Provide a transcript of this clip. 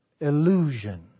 illusion